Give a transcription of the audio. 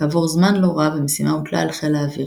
כעבור זמן לא רב המשימה הוטלה על חיל האוויר